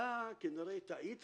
אתה כנראה טעית